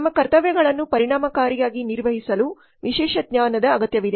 ತಮ್ಮ ಕರ್ತವ್ಯಗಳನ್ನು ಪರಿಣಾಮಕಾರಿಯಾಗಿ ನಿರ್ವಹಿಸಲು ವಿಶೇಷ ಜ್ಞಾನದ ಅಗತ್ಯವಿದೆ